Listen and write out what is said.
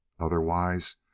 Otherwise